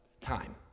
time